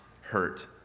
hurt